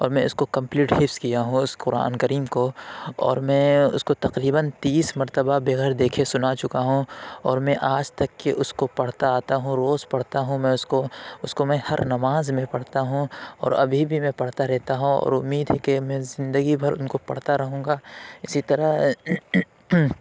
اور میں اِس کو کمپلیٹ حفظ کیا ہوں اور اُس قرآن کریم کو اور میں اُس کو تقریبا تیس مرتبہ بغیر دیکھے سُنا چُکا ہوں اور میں آج تک کے اُس کو پڑھتا آتا ہوں روز پڑھتا ہوں میں اُس کو اُس کو میں ہر نماز میں پڑھتا ہوں اور ابھی بھی میں پڑھتا رہتا ہوں اور اُمید ہے کہ میں زندگی بھر اُن کو پڑھتا رہوں گا اِسی طرح